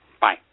Bye